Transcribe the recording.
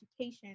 education